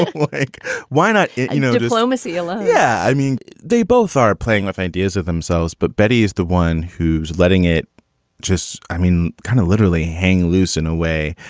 like why not? you know, diplomacy. yeah like yeah i mean, they both are playing with ideas of themselves. but betty is the one who's letting it just. i mean, kind of literally hang loose in a way.